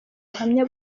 ubuhamya